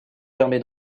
permet